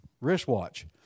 wristwatch